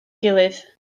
gilydd